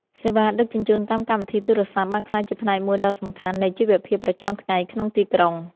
សេវាដឹកជញ្ជូនតាមកម្មវិធីទូរសព្ទ បានក្លាយជាផ្នែកមួយដ៏សំខាន់នៃជីវភាពប្រចាំថ្ងៃក្នុងទីក្រុង។